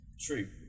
True